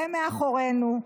זה מאחורינו.